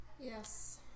Yes